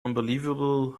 unbelievable